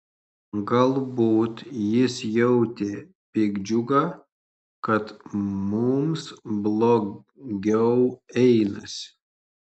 galbūt jis jautė piktdžiugą kad mums blogiau einasi